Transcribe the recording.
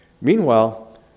Meanwhile